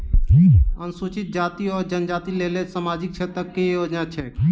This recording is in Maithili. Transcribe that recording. अनुसूचित जाति वा जनजाति लेल सामाजिक क्षेत्रक केँ योजना छैक?